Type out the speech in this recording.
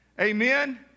Amen